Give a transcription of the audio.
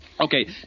Okay